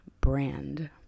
brand